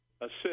assist